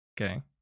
Okay